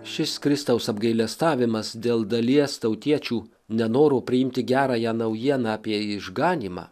šis kristaus apgailestavimas dėl dalies tautiečių nenoro priimti gerąją naujieną apie išganymą